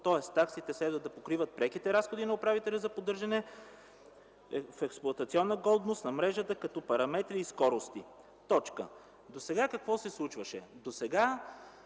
тоест таксите следва да покриват преките разходи на управителя за поддържане в експлоатационна годност на мрежата като параметри и скорости”. Какво се случваше досега?